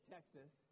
Texas